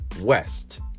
West